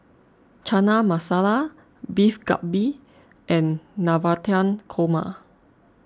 Chana Masala Beef Galbi and Navratan Korma